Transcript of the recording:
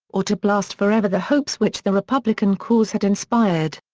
or to blast for ever the hopes which the republican cause had inspired.